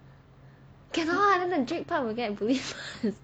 cannot then the drake part will get bullied [one]